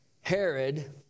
Herod